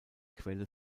quelle